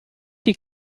die